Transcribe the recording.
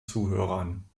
zuhörern